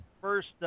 first